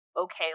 okay